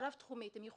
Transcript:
נעזור להם,